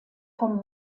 vom